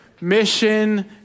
mission